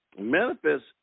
manifest